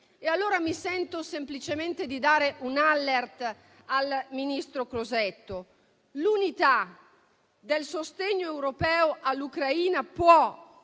Pertanto, mi sento semplicemente di dare un *alert* al ministro Crosetto: l'unità del sostegno europeo all'Ucraina può